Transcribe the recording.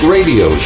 Radio